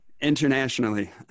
internationally